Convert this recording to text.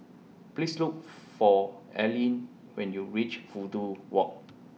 Please Look For Eileen when YOU REACH Fudu Walk